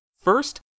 First